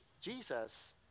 Jesus